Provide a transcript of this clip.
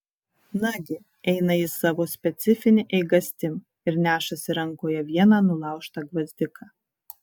nagi eina jis savo specifine eigastim ir nešasi rankoje vieną nulaužtą gvazdiką